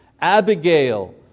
Abigail